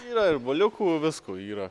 yra ir buliukų visko yra